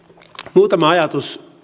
muutama ajatus